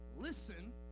Listen